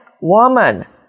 woman